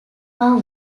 are